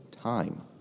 time